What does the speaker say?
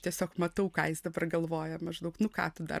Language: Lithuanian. tiesiog matau ką jis dabar galvoja maždaug nu ką tu dar